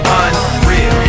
unreal